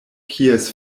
kies